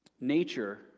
nature